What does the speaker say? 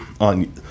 on